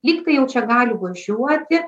lyg tai jau čia gali važiuoti